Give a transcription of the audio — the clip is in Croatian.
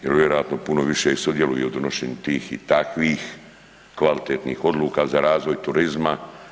Jer oni vjerojatno puno više i sudjeluju u donošenju tih i takvih kvalitetnih odluka za razvoj turizma.